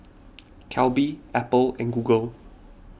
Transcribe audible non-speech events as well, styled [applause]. [noise] Calbee Apple and Google